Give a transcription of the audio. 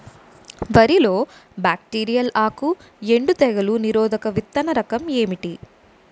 వరి లో బ్యాక్టీరియల్ ఆకు ఎండు తెగులు నిరోధక విత్తన రకం ఏంటి?